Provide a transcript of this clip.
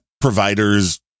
providers